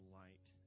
light